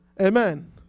Amen